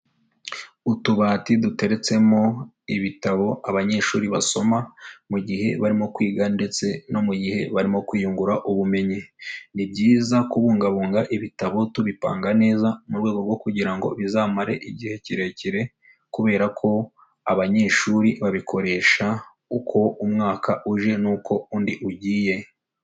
Utubati duteretsemo ibitabo abanyeshuri basoma mu gihe barimo kwiga ndetse no mu gihe barimo kuyungura ubumenyi, ni byiza kubungabunga ibitabo tubipanga neza mu rwego rwo kugira ngo bizamare igihe kirekire kubera ko abanyeshuri babikoresha uko umwaka uje n'uko undi ugiye.